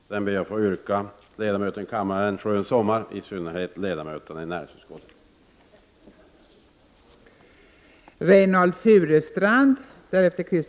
Sedan ber jag att få önska ledamöterna en skön sommar, i synnerhet ledamötena i näringsutskottet.